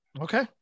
Okay